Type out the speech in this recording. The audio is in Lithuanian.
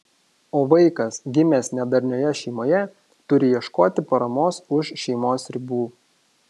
o vaikas gimęs nedarnioje šeimoje turi ieškoti paramos už šeimos ribų